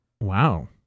Wow